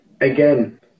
again